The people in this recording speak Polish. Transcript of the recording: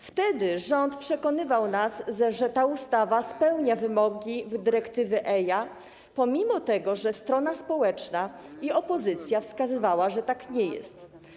Wtedy rząd przekonywał nas, że ta ustawa spełnia wymogi dyrektywy EIA, pomimo że strona społeczna i opozycja wskazywały, że tak nie jest.